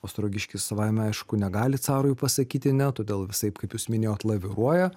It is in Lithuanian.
ostrogiškis savaime aišku negali carui pasakyti ne todėl visaip kaip jūs minėjot laviruoja